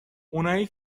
اونایی